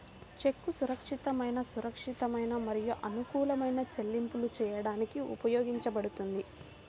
చెక్కు సురక్షితమైన, సురక్షితమైన మరియు అనుకూలమైన చెల్లింపులు చేయడానికి ఉపయోగించబడుతుంది